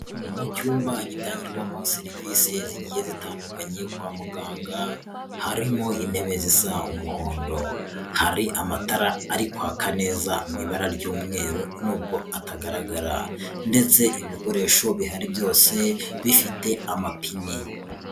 Mu cyumba gitangirwamo serivisi zigiye zitandukanye kwa muganga, harimo intebe zisa umuhondo, hari amatara ari kwaka neza mu ibara ry'umweru n'ubwo atagaragara ndetse ibikoresho bihari byose bifite amapine.